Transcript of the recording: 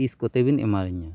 ᱛᱤᱥ ᱠᱚᱛᱮᱵᱤᱱ ᱮᱢᱟᱞᱤᱧᱟᱹ